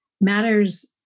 matters